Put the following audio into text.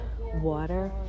water